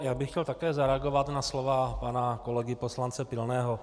Já bych chtěl také zareagovat na slova pana kolegy poslance Pilného.